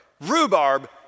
rhubarb